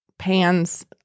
Pans